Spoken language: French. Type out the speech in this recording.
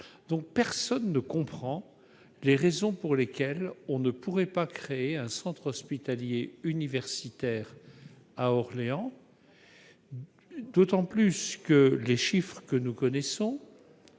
plus. Personne ne comprend les raisons pour lesquelles on ne pourrait pas créer un centre hospitalier universitaire à Orléans, d'autant que les chiffres que nous connaissons